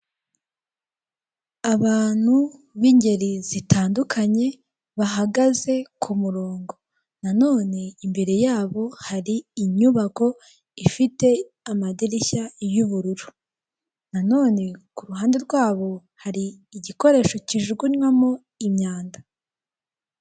Abantu b'ingeri zitandukanye bahagaze ku murongo. Nanone imbere yabo hari inyubako ifite amadirishya y'ubururu. Nanone ku ruhande rwabo hari igikoresho kijugunywamo imyanda.